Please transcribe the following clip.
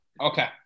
Okay